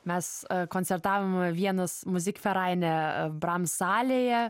mes koncertavome vienos muzik feraine bram salėje